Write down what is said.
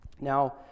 Now